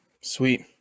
Sweet